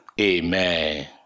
amen